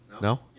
No